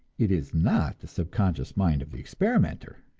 it is not the subconscious mind of the experimenter.